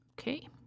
Okay